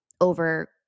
Over